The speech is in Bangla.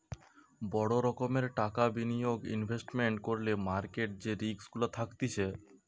বড় রোকোমের টাকা বিনিয়োগ ইনভেস্টমেন্ট করলে মার্কেট যে রিস্ক গুলা থাকতিছে